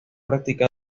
participado